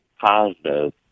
positive